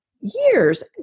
years